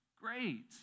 Great